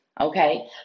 okay